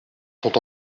sont